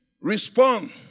Respond